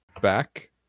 back